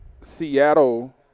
Seattle